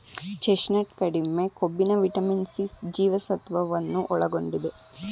chestnut ಕಡಿಮೆ ಕೊಬ್ಬಿನ vitamin C ಜೀವಸತ್ವವನ್ನು ಒಳಗೊಂಡಿದೆ